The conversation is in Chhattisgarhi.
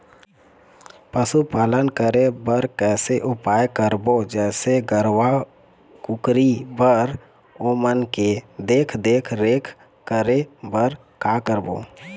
पशुपालन करें बर कैसे उपाय करबो, जैसे गरवा, कुकरी बर ओमन के देख देख रेख करें बर का करबो?